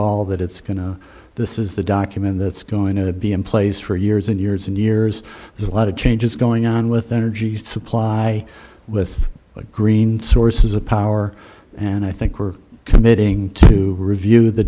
all that it's going to this is the document that's going to be in place for years and years and years there's a lot of changes going on with energy supply with green sources of power and i think we're committing to review the